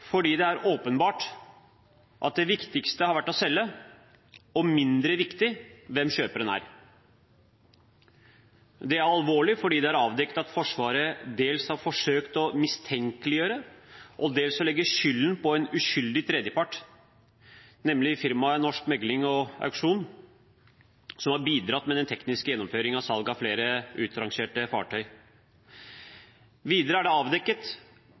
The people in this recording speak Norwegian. fordi det er åpenbart at det viktigste har vært å selge og mindre viktig hvem kjøperen er. Det er alvorlig fordi det har avdekket at Forsvaret dels har forsøkt å mistenkeliggjøre, dels å legge skylden på en uskyldig tredjepart, nemlig firmaet Norsk Megling & Auksjon, som har bidratt med den tekniske gjennomføringen av salg av flere utrangerte fartøy. Videre er det avdekket